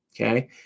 okay